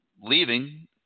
leaving